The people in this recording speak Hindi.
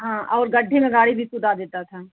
हाँ और गड्ढे में गाड़ी भी कूदा देता था